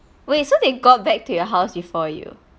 wait so they got back to your house before you